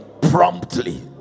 promptly